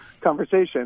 conversation